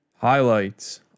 Highlights